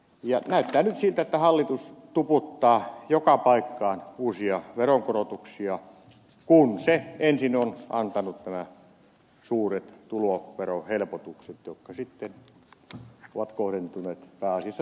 näyttää nyt siltä että hallitus tuputtaa joka paikkaan uusia veronkorotuksia kun se ensin on antanut nämä suuret tuloverohelpotukset jotka sitten ovat kohdentuneet pääasiassa suurituloisille